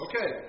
Okay